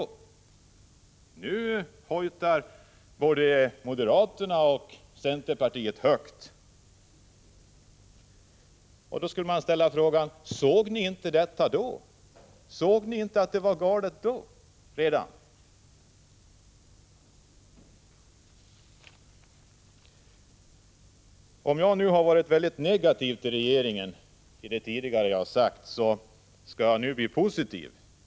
Nu hojtar både moderata samlingspartiet och centerpartiet högt. Då skulle jag vilja fråga: Såg ni inte redan då att det var galet? Om jag har varit mycket negativ till regeringen i vad jag har sagt hittills, så skall jag nu bli positiv.